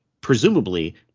presumably